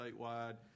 statewide